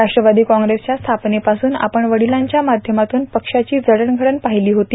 राष्ट्रवादी काँग्रेसच्या स्थापनेपासून आपण वडिलांच्या माध्यमातून पक्षाची जडणघडण पाहिली होती